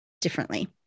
differently